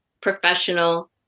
professional